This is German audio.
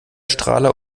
strahler